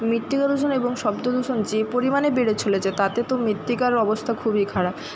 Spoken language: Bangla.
মৃত্তিকা দূষণ এবং শব্দ দূষণ যে পরিমাণে বেড়ে চলেছে তাতে তো মৃত্তিকার অবস্থা খুবই খারাপ